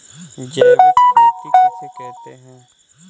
जैविक खेती किसे कहते हैं?